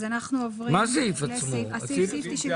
סעיף 98,